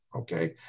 okay